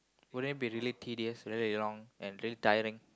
wouldn't it be really tedious really long and really tiring